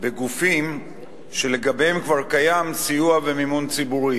בגופים שלגביהם כבר קיים סיוע ומימון ציבורי,